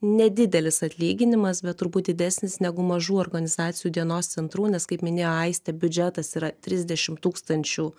nedidelis atlyginimas bet turbūt didesnis negu mažų organizacijų dienos centrų nes kaip minėjo aistė biudžetas yra trisdešim tūkstančių